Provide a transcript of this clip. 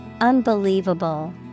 Unbelievable